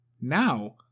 Now